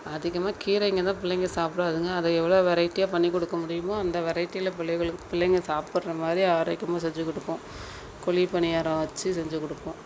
அதிகமாக கீரைங்கள் தான் பிள்ளைங்க சாப்பிடாதுங்க அதை எவ்வளோ வெரைட்டியாக பண்ணிக்கொடுக்க முடியுமோ அந்த வெரைட்டியில் பிள்ளைகளுக்கு பிள்ளைங்க சாப்பிட்ற மாதிரி ஆரோக்கியமாக செஞ்சுக் கொடுப்போம் குழிப் பணியாரம் வெச்சு செஞ்சுக் கொடுப்போம்